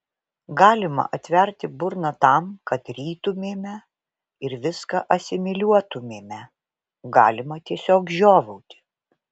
galima atverti burną tam kad rytumėme ir viską asimiliuotumėme galima tiesiog žiovauti